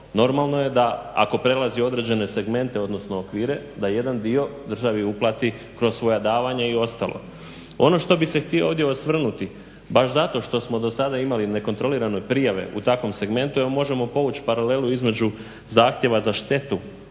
normalno je da, ako prelazi određene segmente odnosno okvire da jedan dio državi uplati kroz svoja davanja i ostalo. Ono što bih se htio ovdje osvrnuti baš zato što smo do sada imali nekontrolirane prijave u takvom segmentu evo možemo povući paralelu između zahtjeva za štetu